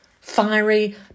Fiery